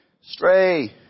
stray